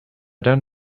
don’t